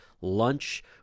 lunch